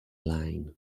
line